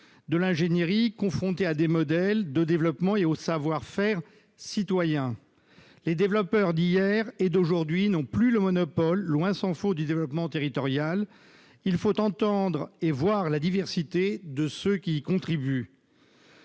de l'ingénierie confrontée à des modèles de développement et au savoir-faire citoyen. Les développeurs d'hier et d'aujourd'hui n'ont plus le monopole, tant s'en faut, du développement territorial. Il faut entendre et voir la diversité de ceux qui y contribuent.